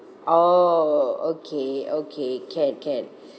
oh okay okay can can